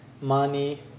money